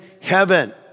heaven